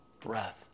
breath